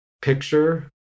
picture